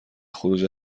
خروج